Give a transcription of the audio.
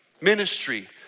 Ministry